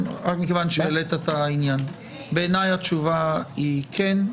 שוב - בעיניי התשובה היא כן,